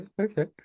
okay